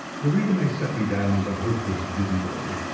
the reader may set me down as a hopeless busybody,